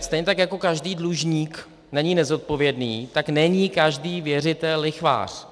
Stejně tak jako každý dlužník není nezodpovědný, tak není každý věřitel lichvář.